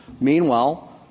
Meanwhile